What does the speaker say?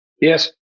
Yes